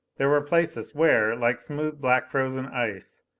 there were places where, like smooth black frozen ice,